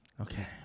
Okay